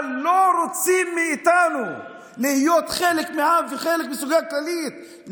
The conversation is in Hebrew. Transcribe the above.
אבל לא רוצים שאנחנו נהיה חלק מהעם וחלק מהסוגיה הכללית.